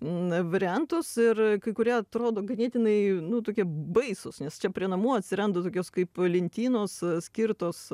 na variantus ir kai kurie atrodo ganėtinai nu tokie baisūs nes čia prie namų atsiranda tokios kaip lentynos skirtos